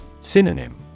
Synonym